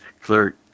clerk